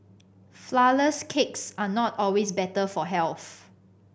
flourless cakes are not always better for health